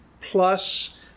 plus